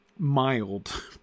mild